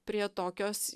prie tokios